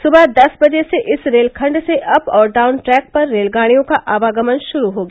सुबह दस बजे से इस रेलखंड से अप और डाउन ट्रैक पर रेलगाड़ियों का आवागमन श्रू हो गया